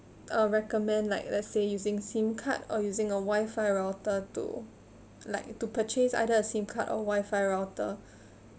uh recommend like let's say using SIM card or using a wifi router to like to purchase either a SIM card or wifi router